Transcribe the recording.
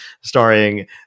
starring